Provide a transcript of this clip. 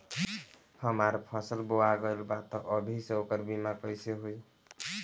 हमार फसल बोवा गएल बा तब अभी से ओकर बीमा कइसे होई?